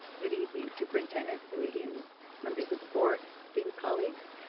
good evening superintendent, the leading members of the board, esteemed colleagues.